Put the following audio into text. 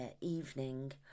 evening